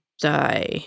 die